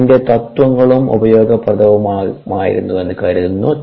അതിൻറെ തത്വങ്ങളും ഉപയോഗപ്രദമാകുമായിരുന്നു എന്നു കരുതുന്നു